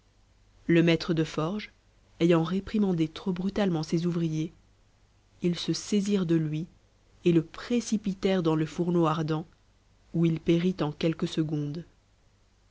le maître de forge ayant réprimandé trop brutalement ses ouvriers ils se saisirent de lui et le précipitèrent dans le fourneau ardent où il périt en quelques secondes